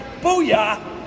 Booyah